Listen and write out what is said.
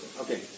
Okay